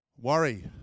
worry